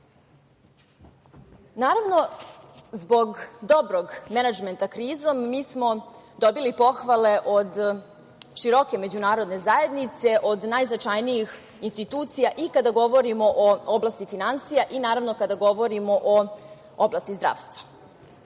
zbog dobrog menadžmenta krize mi smo dobili pohvale od široke međunarodne zajednice od najznačajnijih institucija i kada govorimo o oblasti finansija i kada govorimo o oblasti zdravstva.